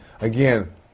again